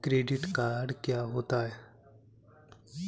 Credit card क्या होता है?